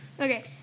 Okay